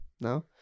No